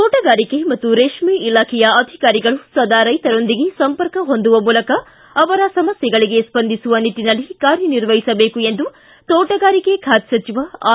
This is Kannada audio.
ತೋಟಗಾರಿಕೆ ಮತ್ತು ರೇಷ್ನೆ ಇಲಾಖೆಯ ಅಧಿಕಾರಿಗಳು ಸದಾ ರೈತರೊಂದಿಗೆ ಸಂಪರ್ಕ ಹೊಂದುವ ಮೂಲಕ ಅವರ ಸಮಸ್ಥೆಗಳಿಗೆ ಸ್ವಂದಿಸುವ ನಿಟ್ಟನಲ್ಲಿ ಕಾರ್ಯ ನಿರ್ವಹಿಸಬೇಕು ಎಂದು ತೋಟಗಾರಿಕೆ ಖಾತೆ ಸಚಿವ ಆರ್